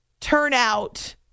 turnout